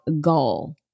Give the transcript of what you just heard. goal